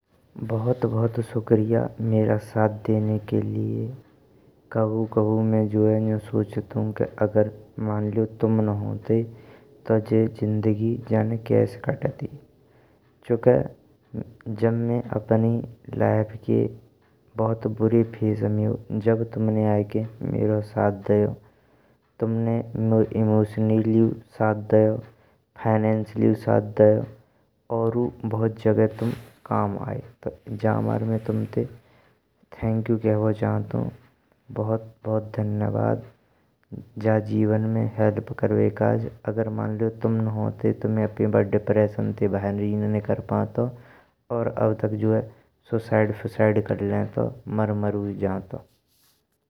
बहुत बहुत शुक्रिया मेरा साथ देने के लिए। कबहुँ कबहुँ मैं जो है जब सोचन्तु अगर मन लेयो तुम ना होन्तैये, तो जिए जिंदगी ना जाने कैस कतती। चुंकि जब मैं अपनी लाइफ़ के बहुत भूरे फेज में हो जब तुमने आएकें मयो साथ दइयो तुमने मोये इमोशनल लेयो साथ दइयो फ़ाइनैंशल लेयो साथ दइयो। ओउरो बहुत जगह तुम काम आए जिमर में तुमते थैंकयू कहबो चाहत हूँ। बहुत बहुत धन्यवाद जा जीवन में हेल्प करवेकाज अगर जा जीवन तुम ना होन्तैये, तो मैं अपाय बा डिप्रेशन ते बाहर ही ना निकर पांतौ। और आब तक जो है सुसाइड फुसाइड कर लेतो मर मुर जातो।